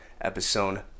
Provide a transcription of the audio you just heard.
episode